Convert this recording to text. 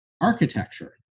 architecture